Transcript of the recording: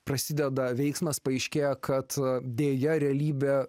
prasideda veiksmas paaiškėja kad deja realybė